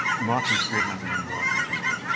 martin's grin has an unworldly beauty.